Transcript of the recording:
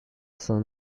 saint